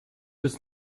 bis